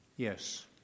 Yes